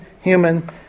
human